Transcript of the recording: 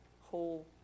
whole